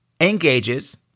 engages